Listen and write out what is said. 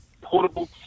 portable